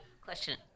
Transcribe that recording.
Question